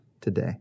today